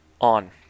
on